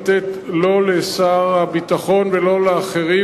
לא לשר הביטחון ולא לאחרים,